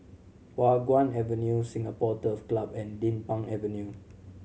Hua Guan Avenue Singapore Turf Club and Din Pang Avenue